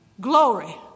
glory